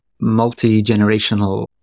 multi-generational